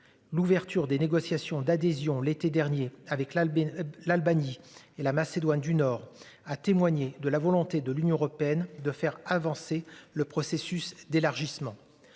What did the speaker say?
L'ouverture des négociations d'adhésion, l'été dernier avec la. L'Albanie et la Macédoine du Nord a témoigné de la volonté de l'Union européenne de faire avancer le processus d'élargissement.